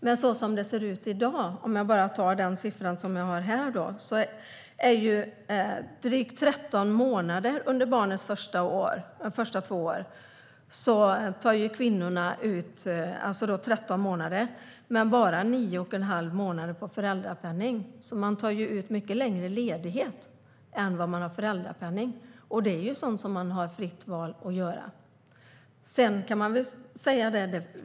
Men som det ser ut i dag, för att bara ta den siffra jag har här, tar kvinnorna ut drygt 13 månader under barnets första två år men bara 9 1⁄2 månad på föräldrapenning. Man tar alltså ut mycket längre ledighet än man har föräldrapenning. Det är sådant som man har fritt val att göra.